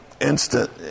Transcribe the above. instant